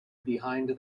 behind